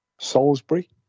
Salisbury